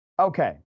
Okay